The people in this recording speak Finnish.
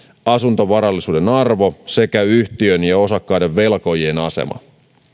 asuntovarallisuuden arvo sekä yhtiön ja osakkaiden velkojien asema